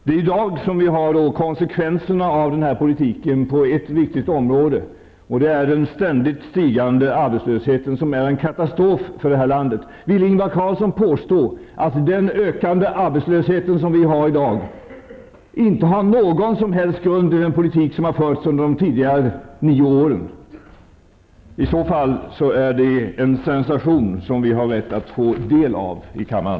Det är i dag som vi har konsekvenserna av den här politiken på ett viktigt område. Det är den ständigt stigande arbetslösheten, som är en katastrof för landet. Vill Ingvar Carlsson påstå att den ökande arbetslöshet som vi har i dag inte har någon som helst grund i den politik som har förts under de tidigare nio åren? I så fall är det en sensation som vi har rätt att få del av i kammaren.